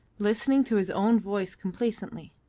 listening to his own voice complacently.